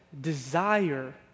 desire